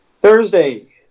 Thursday